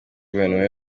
guverinoma